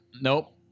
Nope